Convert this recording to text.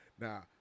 Now